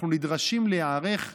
אנחנו נדרשים להיערך בדורון,